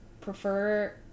prefer